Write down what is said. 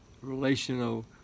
relational